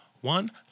one